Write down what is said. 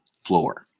floor